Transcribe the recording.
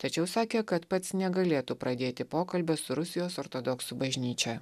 tačiau sakė kad pats negalėtų pradėti pokalbio su rusijos ortodoksų bažnyčia